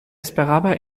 esperaba